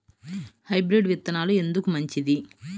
Hybrid విత్తనాలు ఎందుకు మంచిది?